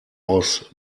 aus